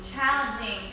challenging